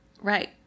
Right